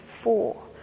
four